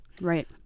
Right